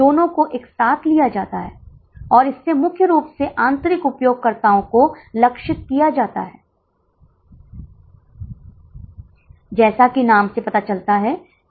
यदि हम इसे 80 से विभाजित करते हैं तो हम इसे 401 के रूप में लगभग 400 रुपये प्रति छात्र के रूप में प्राप्त करते हैं अगर 80 छात्र हैं तो